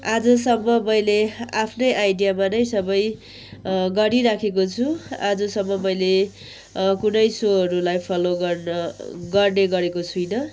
आजसम्म मैले आफ्नै आइडियामा नै सबै गरिराखेको छु आजसम्म मैले कुनै सोहरूलाई फलो गर्न गर्ने गरेको छुइनँ